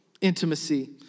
intimacy